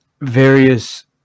various